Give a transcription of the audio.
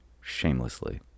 shamelessly